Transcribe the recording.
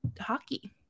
hockey